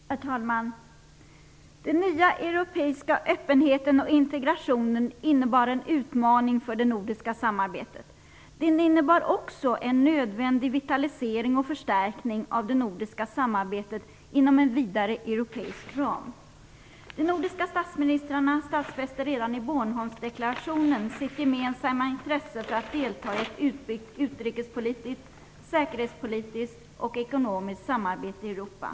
Herr talman! Den nya europeiska öppenheten och integrationen innebar en utmaning för det nordiska samarbetet. Den innebar också en nödvändig vitalisering och förstärkning av det nordiska samarbetet inom en vidare europeisk ram. De nordiska statsministrarna stadfäste redan i Bornholmsdeklarationen sitt gemensamma intresse för att delta i ett utbyggt utrikespolitiskt, säkerhetspolitiskt och ekonomiskt samarbete i Europa.